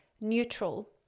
neutral